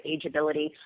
ageability